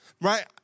right